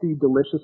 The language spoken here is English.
delicious